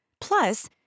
Plus